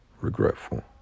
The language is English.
regretful